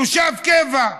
תושב קבע,